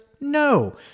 No